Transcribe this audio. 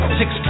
six